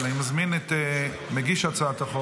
אני מזמין את מגיש הצעת החוק,